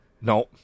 No